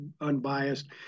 unbiased